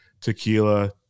tequila